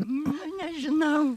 nu nežinau